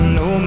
no